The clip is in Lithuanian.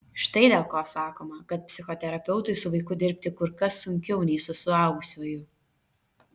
štai dėl ko sakoma kad psichoterapeutui su vaiku dirbti kur kas sunkiau nei su suaugusiuoju